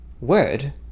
word